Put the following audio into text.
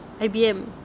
IBM